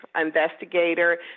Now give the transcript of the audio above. investigator